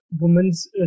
woman's